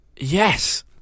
Yes